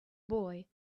boy